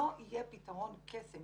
לא יהיה פתרון קסם,